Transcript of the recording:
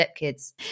stepkids